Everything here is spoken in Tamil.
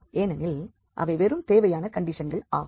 ஏனெனில் அவை வெறும் தேவையான கண்டிஷன்கள் ஆகும்